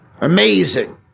Amazing